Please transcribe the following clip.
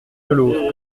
delos